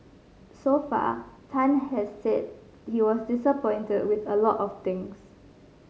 so far Tan has said he was disappointed with a lot of things